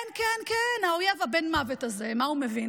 כן, כן, כן, האויב הבן מוות הזה, מה הוא מבין?